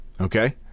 Okay